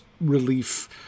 relief